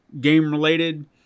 game-related